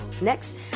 Next